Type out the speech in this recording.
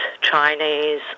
Chinese